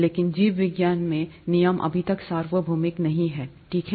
लेकिन जीव विज्ञान में नियम अभी तक सार्वभौमिक नहीं हैं ठीक है